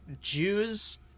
Jews